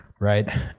Right